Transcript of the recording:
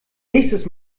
nächstes